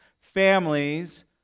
families